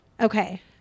Okay